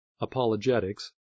apologetics